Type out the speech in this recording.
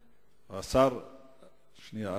שנייה.